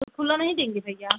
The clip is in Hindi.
तो खुला नहीं देंगे भैया